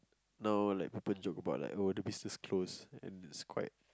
now like people joke about like oh the business close and then it's quite